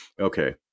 Okay